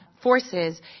forces